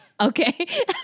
Okay